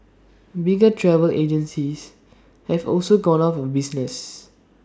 bigger travel agencies have also gone out of business